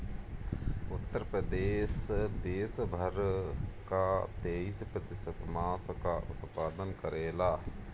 उत्तर प्रदेश देस भर कअ तेईस प्रतिशत मांस कअ उत्पादन करेला